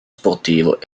sportivo